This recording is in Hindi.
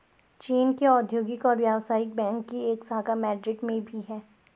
चीन के औद्योगिक और व्यवसायिक बैंक की एक शाखा मैड्रिड में भी है